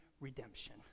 redemption